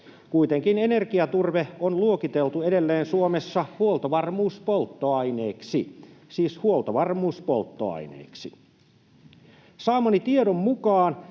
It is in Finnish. Kuitenkin energiaturve on luokiteltu edelleen Suomessa huoltovarmuuspolttoaineeksi — siis